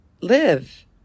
live